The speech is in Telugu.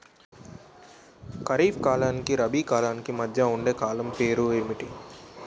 ఖరిఫ్ కాలానికి రబీ కాలానికి మధ్య ఉండే కాలం పేరు ఏమిటి?